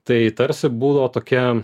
tai tarsi būdavo tokia